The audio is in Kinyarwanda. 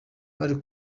bari